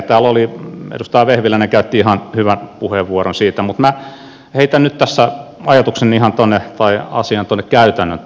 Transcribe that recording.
täällä edustaja vehviläinen käytti ihan hyvä puheenvuoron siitä mutta minä heitän nyt tässä asian ihan tuonne käytännön tasolle